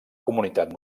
comunitat